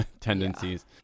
tendencies